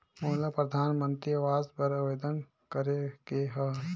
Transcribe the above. मोला परधानमंतरी आवास बर आवेदन करे के हा?